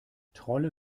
trolle